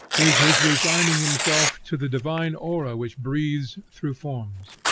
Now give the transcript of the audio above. is his resigning himself to the divine aura which breathes through forms,